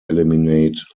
eliminate